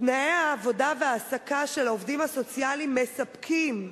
תנאי העבודה וההעסקה של העובדים הסוציאליים אינם מספקים,